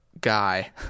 guy